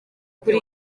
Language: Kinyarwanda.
kuri